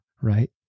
right